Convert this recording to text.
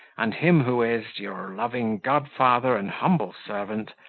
and him who is your loving godfather and humble servant,